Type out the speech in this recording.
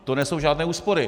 To nejsou žádné úspory.